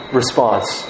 response